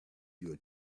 your